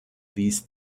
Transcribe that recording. least